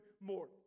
more